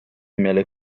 meil